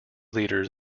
leaders